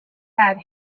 had